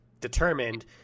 determined